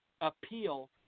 appeal